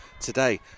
today